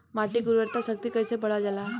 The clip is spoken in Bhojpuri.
माटी के उर्वता शक्ति कइसे बढ़ावल जाला?